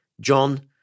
John